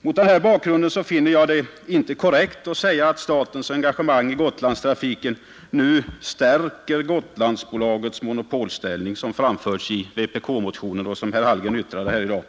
Mot denna bakgrund finner jag det inte korrekt att säga att statens engagemang i Gotlandstrafiken nu ”stärker Gotlandsbolagets monopolställning”, vilket framförts i vpk-motionen och yttrats av herr Hallgren här i dag.